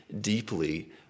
deeply